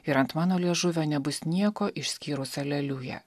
ir ant mano liežuvio nebus nieko išskyrus aleliuja